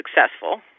successful